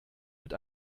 mit